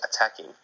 attacking